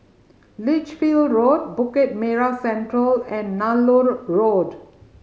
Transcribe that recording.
Lichfield Road Bukit Merah Central and Nallur Road